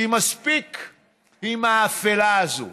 כי מספיק עם האפלה הזאת,